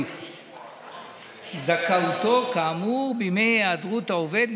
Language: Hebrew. מכוח זכאותו כאמור בימי היעדרות העובד.